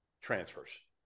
Transfers